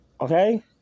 Okay